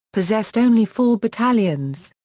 possessed only four battalions.